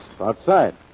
outside